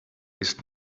ist